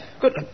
Good